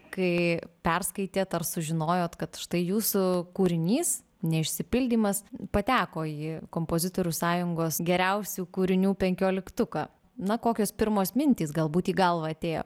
kai perskaitėt ar sužinojot kad štai jūsų kūrinys neišsipildymas pateko į kompozitorių sąjungos geriausių kūrinių penkioliktuką na kokios pirmos mintys galbūt į galvą atėjo